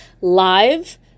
live